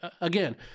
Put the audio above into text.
again